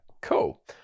cool